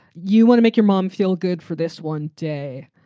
you want to make your mom feel good for this one day,